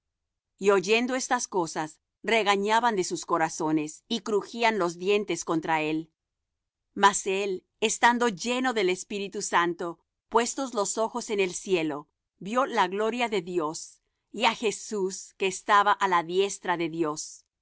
y oyendo estas cosas regañaban de sus corazones y crujían los dientes contra él más él estando lleno de espíritu santo puestos los ojos en el cielo vió la gloria de dios y á jesús que estaba á la diestra de dios